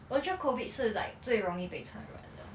我觉得 COVID 是 like 最容易被传染了